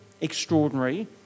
extraordinary